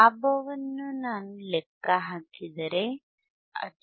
ಲಾಭವನ್ನು ನಾನು ಲೆಕ್ಕ ಹಾಕಿದರೆ ಅದು 0